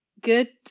good